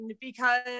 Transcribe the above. because-